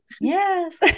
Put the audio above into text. Yes